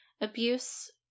abuse